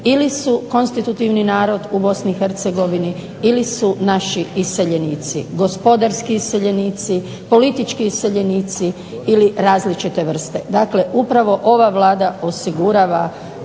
ili su konstitutivni narod u BiH ili su naši iseljenici, gospodarski iseljenici, politički iseljenici ili različite vrste. Dakle, upravo ova Vlada osigurava